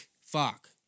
Fuck